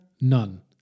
none